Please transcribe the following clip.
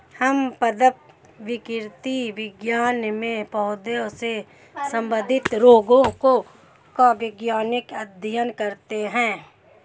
हम पादप विकृति विज्ञान में पौधों से संबंधित रोगों का वैज्ञानिक अध्ययन करते हैं